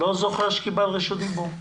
אני לא זוכר שקיבלת רשות דיבור.